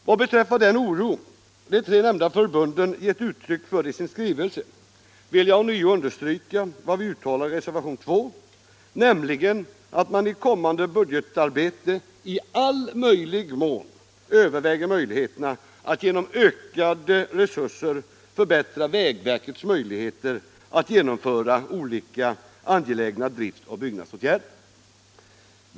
Vad beträffar den oro de tre nämnda förbunden gett uttryck för i sin skrivelse vill jag ånyo understryka vad vi uttalar i reservationen 2, nämligen att vi förutsätter ”att regeringen i kommande budgetarbete i all möjlig mån överväger möjligheterna att genom ökade resurser förbättra vägverkets möjligheter att genomföra olika angelägna driftoch byggnadsåtgärder”.